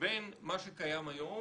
בין מה שקיים היום,